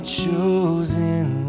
chosen